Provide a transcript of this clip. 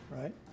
right